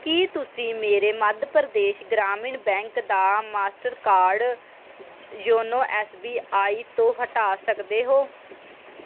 ਕੀ ਤੁਸੀਂਂ ਮੇਰੇ ਮੱਧ ਪ੍ਰਦੇਸ਼ ਗ੍ਰਾਮੀਣ ਬੈਂਕ ਦਾ ਮਾਸਟਰਕਾਰਡ ਜ ਜੋਨੋ ਐਸ ਬੀ ਆਈ ਤੋਂ ਹਟਾ ਸਕਦੇ ਹੋ